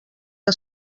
que